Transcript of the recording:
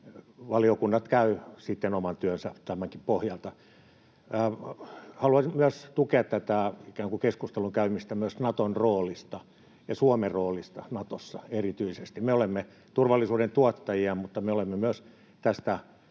Valiokunnat tekevät sitten oman työnsä tämänkin pohjalta. Haluaisin myös tukea tätä keskustelun käymistä ikään kuin Naton roolista ja erityisesti Suomen roolista Natossa. Me olemme turvallisuuden tuottajia, mutta me olemme myös